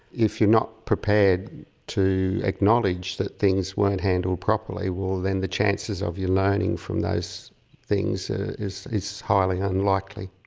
if you're not prepared to acknowledge that things weren't handled properly, well, then the chances of you learning from those things is, is highly unlikely.